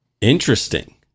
Interesting